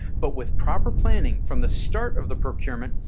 but with proper planning from the start of the procurement,